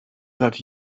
that